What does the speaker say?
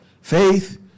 Faith